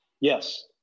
Yes